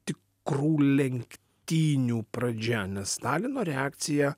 tikrų lenktynių pradžia nes stalino reakcija